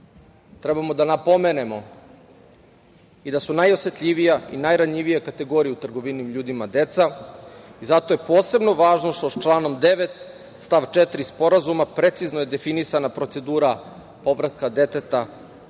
da napomenemo i da su najosetljivija i najranjivija kategorija u trgovini ljudima deca. Zato je posebno važno što članom 9. stav 4. Sporazuma precizno je definisana procedura povratka deteta, žrtve,